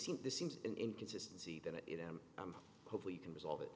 seems this seems an inconsistency and i'm hopeful you can resolve it